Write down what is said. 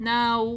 Now